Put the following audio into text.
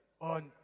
On